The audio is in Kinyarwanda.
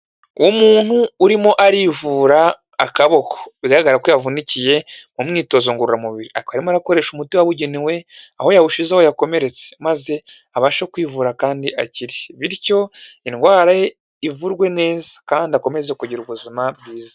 Umuntu urimo arivura akaboko, bigaragara ko yavunikiye mu myitozo ngororamubiri, akaba arimo arakoresha umuti wabugenewe, aho yawushize aho yakomeretse, maze abashe kwivura kandi akire, bityo indwara ye ivurwe neza kandi akomeze kugira ubuzima bwiza.